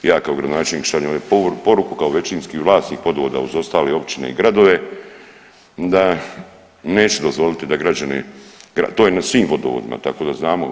Ja kao gradonačelnik šaljem poruku kao većinski vlasnik vodovoda uz ostale općine i gradove, da neću dozvoliti da građani, to je na svim vodovodima, tako da znamo.